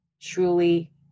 truly